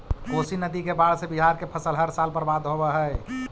कोशी नदी के बाढ़ से बिहार के फसल हर साल बर्बाद होवऽ हइ